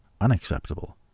unacceptable